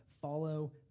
follow